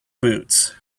boots